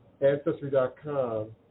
Ancestry.com